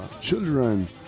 Children